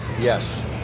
Yes